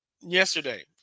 yesterday